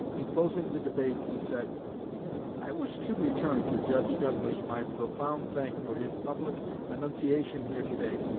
in closing the debate, he said i wish to return to judge douglas my profound thanks for his public annunciation here to-day,